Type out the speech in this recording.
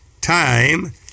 time